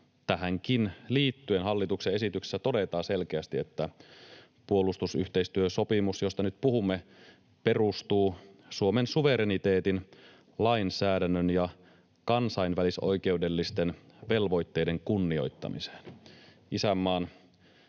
tähänkin liittyen hallituksen esityksessä todetaan selkeästi, että puolustusyhteistyösopimus, josta nyt puhumme, perustuu Suomen suvereniteetin, lainsäädännön ja kansainvälisoikeudellisten velvoitteiden kunnioittamiseen.